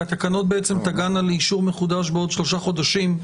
כי התקנות בעצם תגענה לאישור מחודש בעוד שלושה חודשים,